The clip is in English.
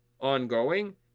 ongoing